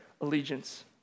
allegiance